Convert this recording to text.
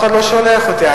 אף אחד לא שולח אותי.